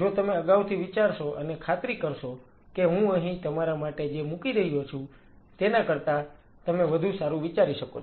જો તમે અગાઉથી વિચારશો અને ખાતરી કરશો કે હું અહીં તમારા માટે જે મૂકી રહ્યો છું તેના કરતાં તમે વધુ સારું વિચારી શકો છો